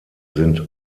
sind